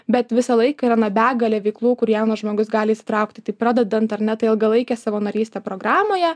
bet visą laiką yra na begalė veiklų kur jaunas žmogus gali įsitraukti tai pradedant ar ne tai ilgalaikė savanorystė programoje